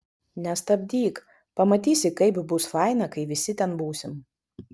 nestabdyk pamatysi kaip bus faina kai visi ten būsim